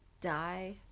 die